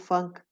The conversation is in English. Funk